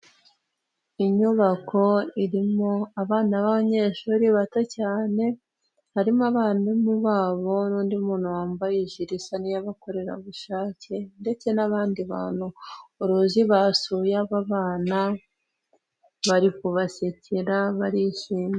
Inyubako irimo abana b'abanyeshuri bato cyane harimo abarimu babo n'undi muntu wambaye ijire isa niy'abakorerabushake, ndetse n'abandi bantu ubona basuye aba bana bari kubasekera barishimye.